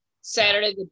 Saturday